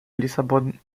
lissabon